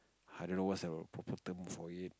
I don't know what's that appropriate term for it